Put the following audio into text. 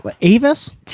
Avis